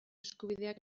eskubideak